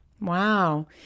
wow